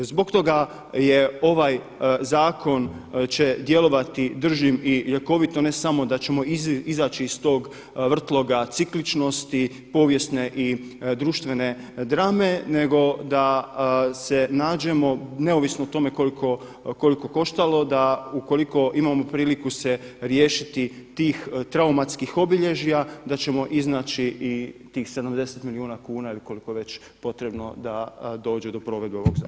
Zbog toga je ovaj zakon će djelovati držim i ljekovito ne samo da ćemo izaći iz tog vrtloga cikličnosti povijesne i društvene drame nego da se nađemo neovisno o tome koliko koštalo, da ukoliko imamo priliku se riješiti tih traumatskih obilježja da ćemo iznaći i tih 70 milijuna kuna ili koliko je već potrebno da dođe do provedbe ovog zakona.